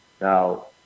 now